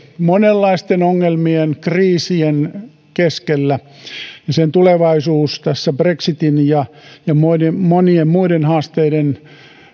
monenlaisten ongelmien kriisien keskellä ja sen tulevaisuudenhaasteet tässä brexitin ja ja monien muiden haasteiden